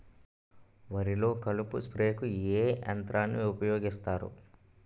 వరిలో కలుపు స్ప్రేకు ఏ యంత్రాన్ని ఊపాయోగిస్తారు?